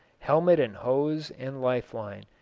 helmet and hose and life-line,